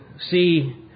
see